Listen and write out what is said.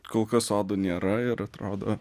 kol kas sodų nėra ir atrodo